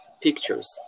pictures